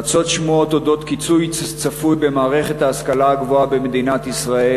רצות שמועות על קיצוץ צפוי במערכת ההשכלה הגבוהה במדינת ישראל.